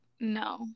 No